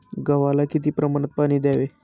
गव्हाला किती प्रमाणात पाणी द्यावे?